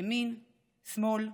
ימין, שמאל,